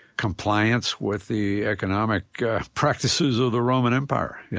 compliance with the economic practices of the roman empire, yeah